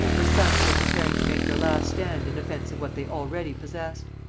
her sons were preparing to make their last stand in defence of what they already possessed.